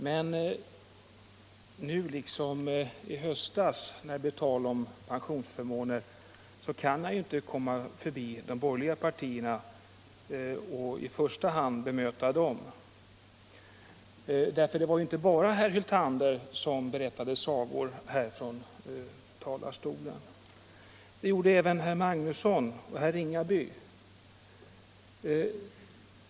Men nu liksom i höstas kan man ju inte, när det blir tal om pensionsförmåner, komma förbi de borgerliga partierna, utan man måste i första hand bemöta dem. Det var inte bara herr Hyltander som berättade sagor från talarstolen här — det gjorde även herr Magnusson i Nennesholm och herr Ringaby.